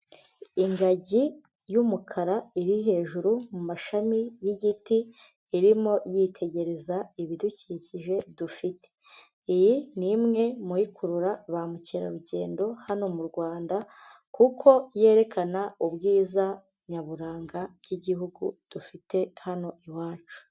Ingagi y'umukara iri hejuru mu mashami y'igiti irimo yitegereza ibidukikije dufite, iyi ni imwe mubikurura ba mukerarugendo hano mu rwanda kuko yerekana ubwiza nyaburanga bw'igihugu dufite hano iwacu.